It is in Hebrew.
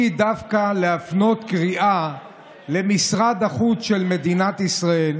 דווקא להפנות קריאה למשרד החוץ של מדינת ישראל,